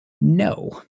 no